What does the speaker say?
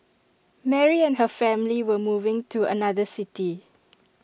Mary and her family were moving to another city